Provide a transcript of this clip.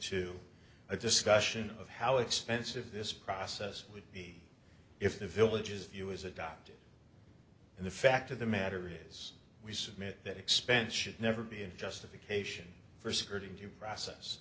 to a discussion of how expensive this process would be if the villages view is adopted and the fact of the matter is we submit that expense should never be any justification for certain due process